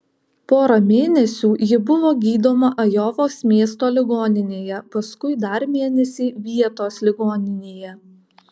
porą mėnesių ji buvo gydoma ajovos miesto ligoninėje paskui dar mėnesį vietos ligoninėje